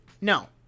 No